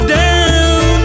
down